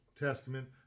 testament